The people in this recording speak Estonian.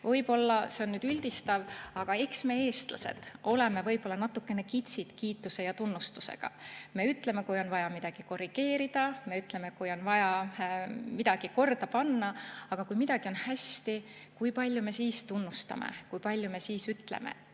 Võib-olla see on üldistav, aga eks me, eestlased, oleme natukene kitsid kiituse ja tunnustusega. Me ütleme, kui on vaja midagi korrigeerida, me ütleme, kui on vaja midagi korda panna. Aga kui midagi on hästi, kui palju me siis tunnustame? Kui palju me siis ütleme,